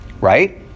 Right